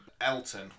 Elton